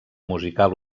musical